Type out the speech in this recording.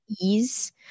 ease